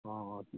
অঁ অঁ